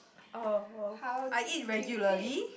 oh oh I eat regularly